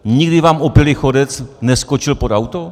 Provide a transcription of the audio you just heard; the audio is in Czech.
Nikdy vám opilý chodec neskočil pod auto?